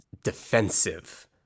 defensive